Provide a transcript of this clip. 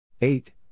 Eight